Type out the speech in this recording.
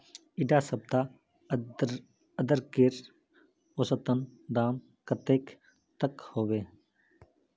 इडा सप्ताह अदरकेर औसतन दाम कतेक तक होबे?